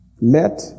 let